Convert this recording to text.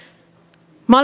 minä